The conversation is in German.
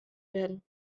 werden